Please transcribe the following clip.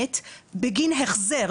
משלמת בגין החזר,